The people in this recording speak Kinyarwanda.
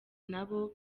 nabo